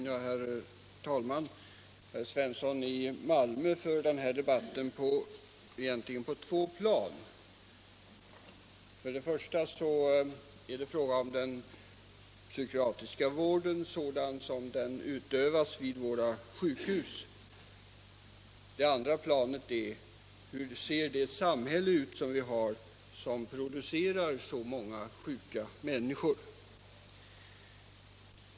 Herr talman! Herr Svensson i Malmö för egentligen den här debatten på två plan. Det första planet gäller den psykiatriska vården sådan som den utövas vid våra sjukhus. Det andra planet gäller: Hur ser det samhälle ut som vi har, som producerar så många sjuka människor?